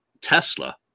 Tesla